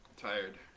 Tired